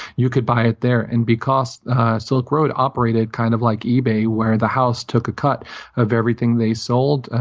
you could buy it there. and because silk road operated kind of like ebay, where the house took a cut of everything they sold,